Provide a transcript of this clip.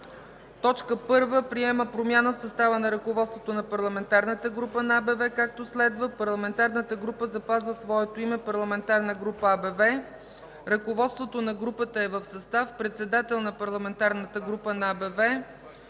„1. Приема промяна в състава на ръководството на Парламентарната група на АБВ, както следва: 1.1. Парламентарната група запазва своето име: „Парламентарна група АБВ”. 1.2. Ръководството на групата е в състав: председател на Парламентарната група на АБВ